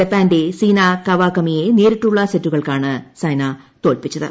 ജപ്പാന്റെ സീന കവാകമിയെ നേരിട്ടുള്ള സെറ്റുകൾക്കാണ് സൈന തോൽപ്പിച്ചത്